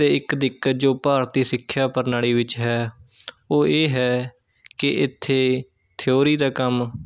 ਅਤੇ ਇੱਕ ਦਿੱਕਤ ਜੋ ਭਾਰਤੀ ਸਿੱਖਿਆ ਪ੍ਰਣਾਲੀ ਵਿੱਚ ਹੈ ਉਹ ਇਹ ਹੈ ਕਿ ਇੱਥੇ ਥਿਊਰੀ ਦਾ ਕੰਮ